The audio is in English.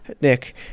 Nick